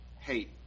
hate